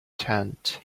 tent